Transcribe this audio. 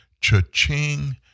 cha-ching